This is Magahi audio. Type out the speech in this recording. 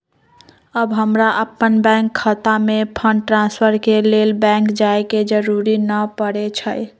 अब हमरा अप्पन बैंक खता में फंड ट्रांसफर के लेल बैंक जाय के जरूरी नऽ परै छइ